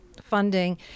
funding